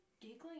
giggling